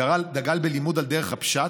הגר"א דגל בלימוד על דרך הפשט,